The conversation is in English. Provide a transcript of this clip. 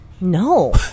No